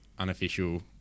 Unofficial